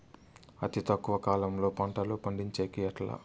అతి తక్కువ కాలంలో పంటలు పండించేకి ఎట్లా?